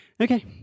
Okay